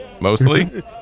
Mostly